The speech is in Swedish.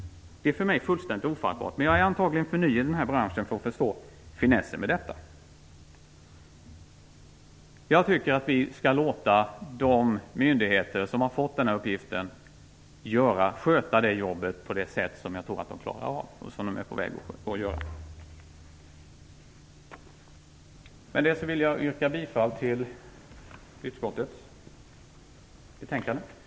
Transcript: Det är för mig helt ofattbart. Men jag är antagligen för ny i den här branschen för att förstå finessen med detta. Jag tycker att vi skall låta de myndigheter som har fått den här uppgiften sköta jobbet på det sätt som de är på väg att göra och som jag tror att de klarar av. Med det anförda vill jag yrka bifall till utskottets hemställan.